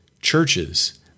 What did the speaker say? churches